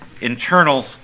internal